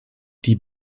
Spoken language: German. die